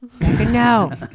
No